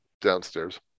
Downstairs